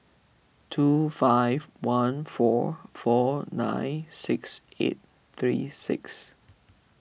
two five one four four nine six eight three six